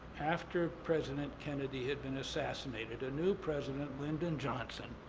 after president kennedy had been assassinated, a new president, lyndon johnson,